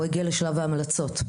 הוא הגיע לשלב ההמלצות.